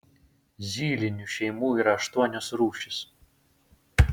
zylinių šeimų yra aštuonios rūšys